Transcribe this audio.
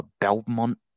Belmont